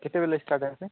କେତେବେଲେ ଷ୍ଟାର୍ଟ ହେବେ